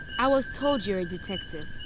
i was told you are a detective.